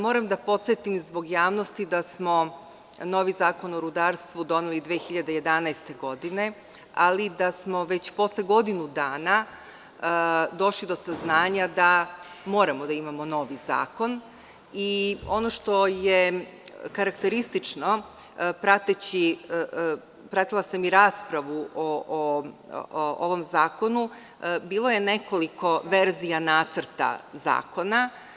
Moram da podsetim zbog javnosti da smo novi zakon o rudarstvu doneli 2011. godine, ali da smo već posle godinu dana došli do saznanja da moramo da imamo novi zakon i ono što je bilo karakteristično, prateći raspravu o ovom zakonu, jeste nekoliko verzija nacrta zakona.